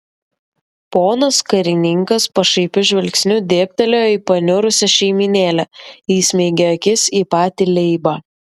ponas karininkas pašaipiu žvilgsniu dėbtelėjo į paniurusią šeimynėlę įsmeigė akis į patį leibą